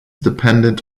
dependent